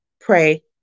pray